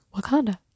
Wakanda